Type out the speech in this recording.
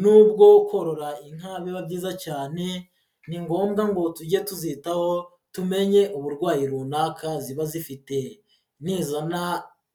Nubwo korora inka biba byiza cyane, ni ngombwa ngo tujye tuzitaho tumenye uburwayi runaka ziba zifite, nizana